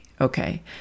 Okay